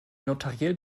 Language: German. notariell